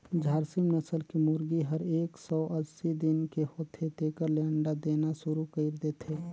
झारसिम नसल के मुरगी हर एक सौ अस्सी दिन के होथे तेकर ले अंडा देना सुरु कईर देथे